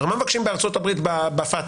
הרי מה מבקשים בארצות הברית בפתק"א,